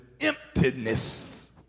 emptiness